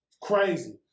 Crazy